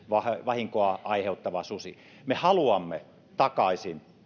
vahinkoa aiheuttava susi me haluamme takaisin